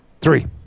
three